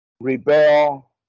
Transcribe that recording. rebel